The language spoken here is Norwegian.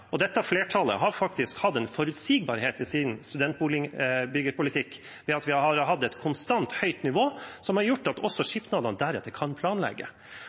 og dette flertallet har faktisk hatt en forutsigbarhet i sin studentboligbyggepolitikk ved at vi har hatt et konstant høyt nivå, som har gjort at også samskipnadene deretter kan planlegge.